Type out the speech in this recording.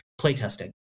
playtesting